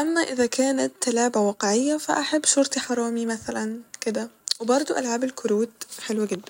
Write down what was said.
أما اذا كانت لعبة واقعية ف أحب شرطي حرامي مثلا كده وبرضه ألعاب الكروت حلوة جدا